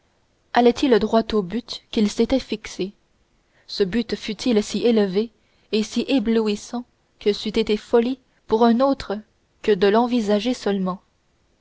allait-il droit au but qu'il s'était fixé ce but fût-il si élevé et si éblouissant que c'eût été folie pour un autre que de l'envisager seulement